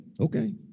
Okay